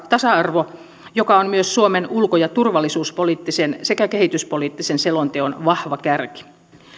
tasa arvo joka on myös suomen ulko ja turvallisuuspoliittisen sekä kehityspoliittisen selonteon vahva kärki